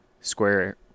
square